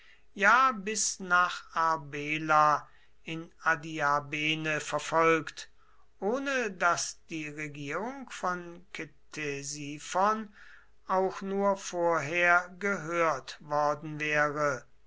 ja bis nach arbela in adiabene verfolgt ohne daß die regierung von ktesiphon auch nur vorher gehört worden wäre